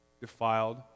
Defiled